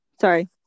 sorry